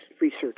research